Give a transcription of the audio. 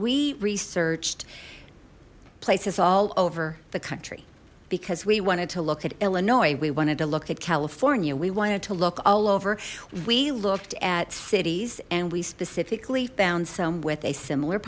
we researched places all over the country because we wanted to look at illinois we wanted to look at california we wanted to look all over we looked at cities and we specifically found some with a similar